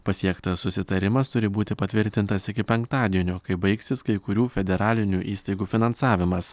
pasiektas susitarimas turi būti patvirtintas iki penktadienio kai baigsis kai kurių federalinių įstaigų finansavimas